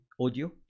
audio